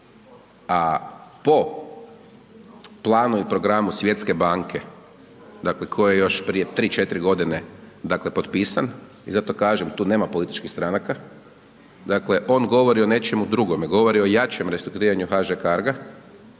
a po planu i programu Svjetske banke, dakle, koji je još prije 3, 4.g., dakle, potpisan i zato kažem, tu nema političkih stranaka, dakle, on govori o nečemu drugome, govori o jačem restrukturiranju HŽ Carga,